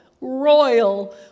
royal